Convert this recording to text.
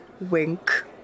wink